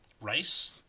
Rice